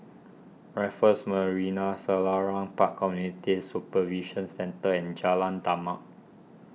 Raffles Marina Selarang Park Community Supervision Centre and Jalan Demak